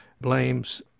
blames